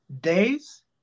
days